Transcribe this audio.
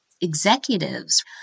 executives